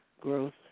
growth